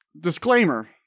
Disclaimer